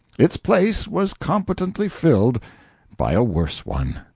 its place was competently filled by a worse one.